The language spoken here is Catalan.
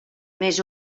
més